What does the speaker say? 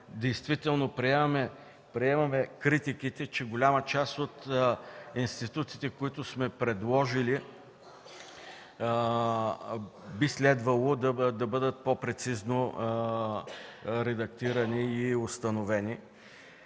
припряно. Приемаме критиките, че голяма част от институтите, които сме предложили, би следвало да бъдат по-прецизно редактирани и установени.